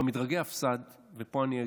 במדרגי הפס"ד, ופה אני,